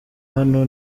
hano